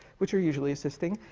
which are usually assisting,